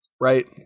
right